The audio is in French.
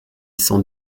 cent